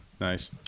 Nice